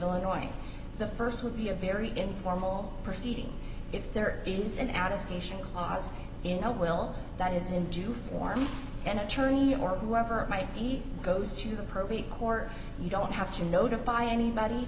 illinois the st would be a very informal proceeding if there is an adaptation clause in a will that is in due form an attorney or whoever it might be goes to the probate court you don't have to notify anybody